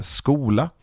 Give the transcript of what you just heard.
skola